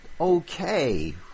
okay